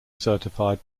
certified